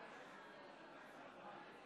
ההצבעה: בעד,